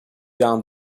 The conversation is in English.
down